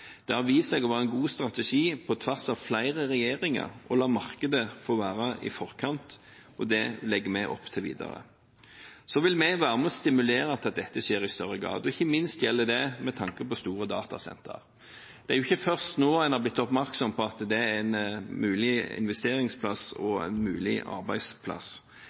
Det har vist seg å være en god strategi på tvers av flere regjeringer å la markedet få være i forkant, og det legger vi opp til videre. Så vil vi være med og stimulere til at dette skjer i større grad, og ikke minst gjelder det med tanke på store datasenter. Det er ikke før nå en er blitt oppmerksom på at det er en mulig investeringsplass og en mulig arbeidsplass.